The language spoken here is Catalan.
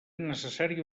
necessària